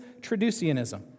Traducianism